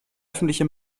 öffentliche